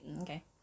okay